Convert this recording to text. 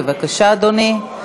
בבקשה, אדוני.